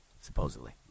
supposedly